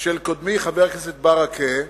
של קודמי, חבר הכנסת ברכה,